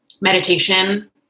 meditation